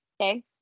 Okay